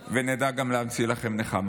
ונדע גם להמציא לכם נחמה,